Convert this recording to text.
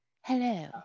Hello